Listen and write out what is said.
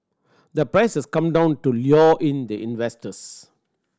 the price has come down to lure in the investors